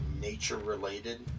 nature-related